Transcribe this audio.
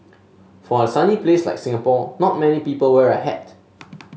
for a sunny place like Singapore not many people wear a hat